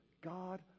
God